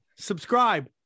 subscribe